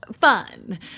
Fun